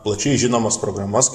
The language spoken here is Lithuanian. plačiai žinomas programas